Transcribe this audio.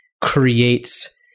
creates